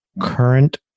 current